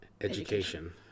education